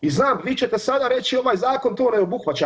I znam, vi ćete sada reći ovaj zakon to ne obuhvaća.